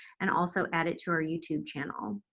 and also add it to our youtube channel.